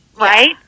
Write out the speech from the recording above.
right